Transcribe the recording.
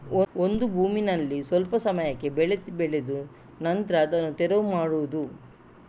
ಒಂದು ಭೂಮಿನಲ್ಲಿ ಸ್ವಲ್ಪ ಸಮಯಕ್ಕೆ ಬೆಳೆ ಬೆಳೆದು ನಂತ್ರ ಅದನ್ನ ತೆರವು ಮಾಡುದು